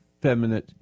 feminine